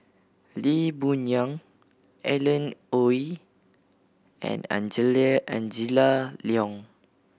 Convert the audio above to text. Lee Boon Yang Alan Oei and Angela Liong